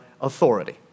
authority